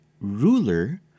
ruler